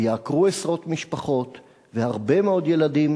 ויעקרו עשרות משפחות והרבה מאוד ילדים,